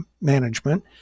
management